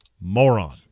Moron